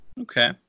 Okay